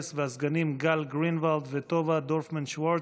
והסגנים גאל גרינוולד וטובה דורפמן שוורץ.